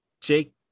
Jake